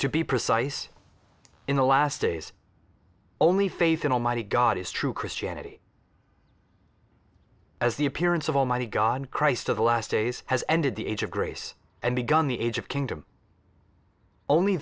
to be precise in the last days only faith in almighty god is true christianity as the appearance of almighty god christ of the last days has ended the age of grace and begun the age of kingdom only